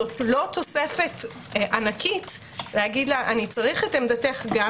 זו לא תוספת ענקית לומר לה: אני צריך את עמדתך גם